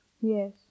Yes